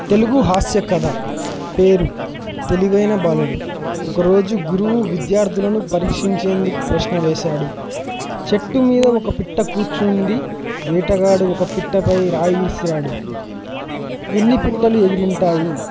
తెలుగు హాస్య కథ పేరు తెలివైన బాలుడు ఒకరోజు గురువు విద్యార్థులను పరీక్షించేందుకు ప్రశ్న వేేశాడు చెట్టు మీద ఒక పిట్ట కూర్చుంది వేటగాడు ఒక పిట్టపై రాయి విసిరాడు ఎన్ని పిట్టలు ఎగిరుంటాయి